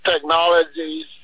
technologies